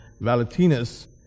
Valentinus